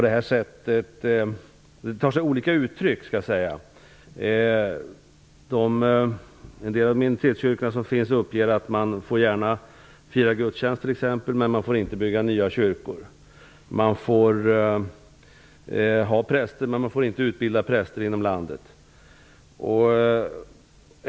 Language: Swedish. Detta tar sig olika uttryck. En del av minoritetsgrupperna uppger t.ex. att man gärna får fira gudstjänst men inte får bygga nya kyrkor. Man får ha präster, men man får inte utbilda präster inom landet.